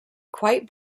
quite